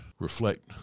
reflect